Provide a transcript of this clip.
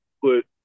put